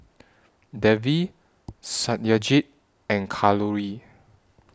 Devi Satyajit and Kalluri